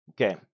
okay